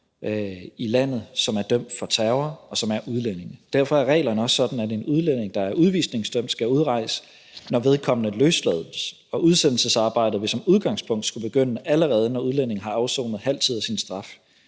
i landet, som er dømt for terror, og som er udlændinge. Derfor er reglerne også sådan, at en udlænding, der er udvisningsdømt, skal udrejse, når vedkommende løslades, og udsendelsesarbejdet vil som udgangspunkt skulle begynde, allerede når udlændingen har afsonet halvdelen af tiden af sin straf.